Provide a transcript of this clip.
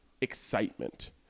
excitement